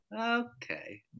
Okay